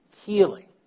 healing